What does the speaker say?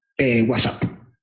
WhatsApp